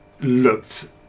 looked